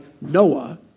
Noah